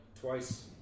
Twice